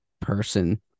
person